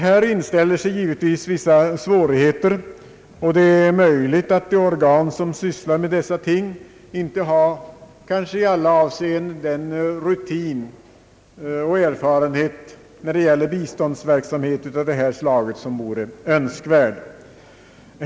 Här inställer sig givetvis vissa svårigheter, och det är möjligt att de organ som sysslar med dessa ting inte i alla avseenden har den rutin och den erfarenhet som vore önskvärd.